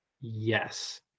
Yes